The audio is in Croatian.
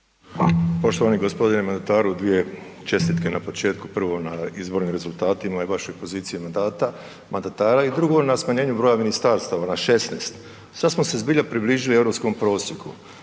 …/Govornik se ne razumije/… čestitke na početku, prvo na izbornim rezultatima i vašoj poziciji mandata, mandatara i drugo na smanjenju broja ministarstava, na 16. Sad smo se zbilja približili europskom prosjeku.